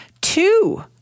Two